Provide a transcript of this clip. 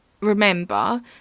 remember